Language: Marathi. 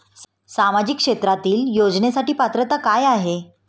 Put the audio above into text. सामाजिक क्षेत्रांतील योजनेसाठी पात्रता काय आहे?